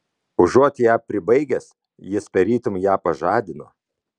užuot ją pribaigęs jis tarytum ją pažadino